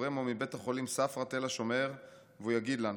רמו מבית החולים ספרא תל השומר והוא יגיד לנו: